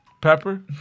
pepper